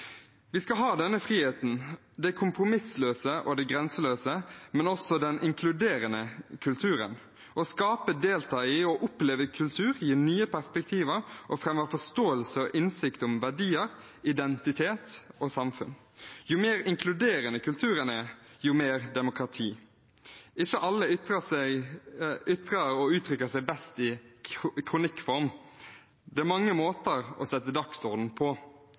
Vi skal ha denne friheten, det kompromissløse og det grenseløse, men også den inkluderende kulturen. Å skape, delta i og oppleve kultur gir nye perspektiver og fremmer forståelse og innsikt om verdier, identitet og samfunn. Jo mer inkluderende kulturen er, jo mer demokrati. Ikke alle ytrer og uttrykker seg best i kronikkform. Det er mange måter å sette dagsordenen på.